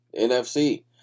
NFC